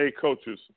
coaches